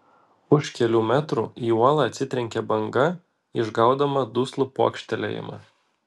už kelių metrų į uolą atsitrenkė banga išgaudama duslų pokštelėjimą